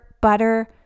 butter